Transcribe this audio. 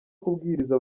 kubwiriza